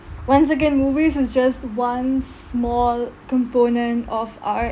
once again movies is just one small component of our